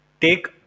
Take